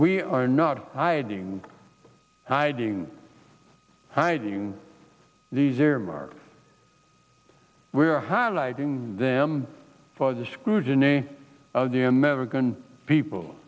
we are not hiding hiding hiding these earmarks we are highlighting them for the scrutiny of the american people